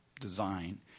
design